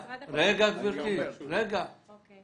ירושלים